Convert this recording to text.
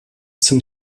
zum